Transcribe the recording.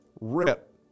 RIP